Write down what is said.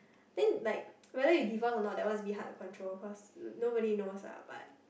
then like whether you divorce or not that one is a bit hard to control cause nobody knows ah but